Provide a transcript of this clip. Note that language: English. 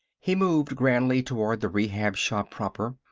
he moved grandly toward the rehab shop proper,